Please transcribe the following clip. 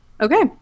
okay